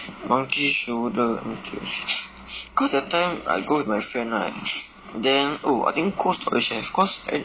monkey shoulder let me think cause that time I go with my friend right then oh I think Cold Storage have then